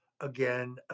again